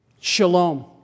Shalom